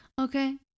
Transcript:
Okay